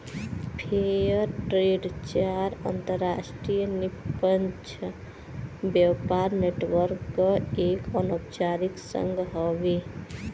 fair trade चार अंतरराष्ट्रीय निष्पक्ष व्यापार नेटवर्क क एक अनौपचारिक संघ हउवे